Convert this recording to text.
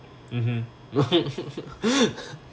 mmhmm